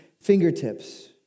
fingertips